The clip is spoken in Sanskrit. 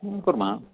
किं कुर्मः